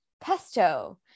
pesto